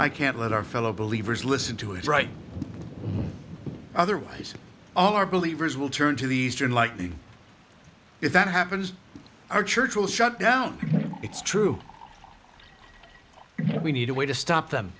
i can't let our fellow believers listen to it right otherwise our believers will turn to the eastern like the if that happens our church will shut down it's true we need a way to stop them